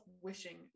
wishing